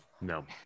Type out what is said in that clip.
No